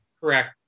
Correct